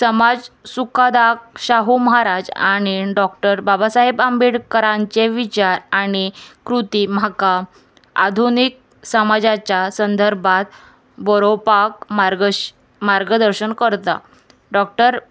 समाज सुकादाक शाहू महाराज आनी डॉक्टर बाबासाहेब आंबेडकरांचे विचार आनी कृती म्हाका आधुनीक समाजाच्या संदर्भांत बरोवपाक मार्गश मार्गदर्शन करता डॉक्टर